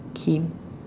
Kim